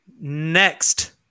Next